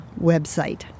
website